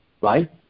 right